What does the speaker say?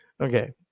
Okay